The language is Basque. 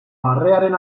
barrearen